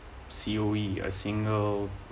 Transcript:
C_O_E a single